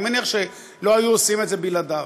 אני מניח שלא היו עושים את זה בלעדיו.